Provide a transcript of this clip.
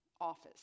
office